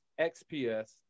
XPS